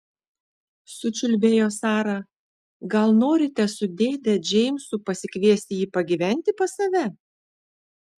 sučiulbėjo sara gal norite su dėde džeimsu pasikviesti jį pagyventi pas save